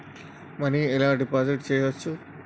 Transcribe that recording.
Money ఎలా deposit చేయచ్చు?